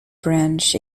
branch